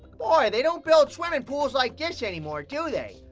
boy, they don't build swimming pools like this yeah anymore, do they?